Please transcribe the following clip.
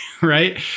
right